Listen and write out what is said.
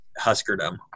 Huskerdom